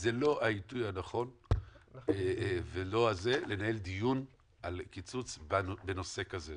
זה לא העיתוי הנכון לנהל דיון על קיצוץ בנושא כזה.